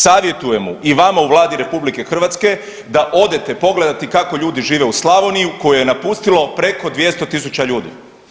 Savjetujem mu i vama u Vladi RH da odete pogledati kako ljudi žive u Slavoniji koju je napustilo preko 200.000 ljudi.